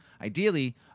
Ideally